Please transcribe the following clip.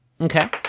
Okay